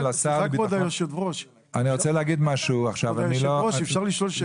כבוד היושב-ראש, אפשר לשאול שאלה?